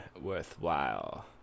worthwhile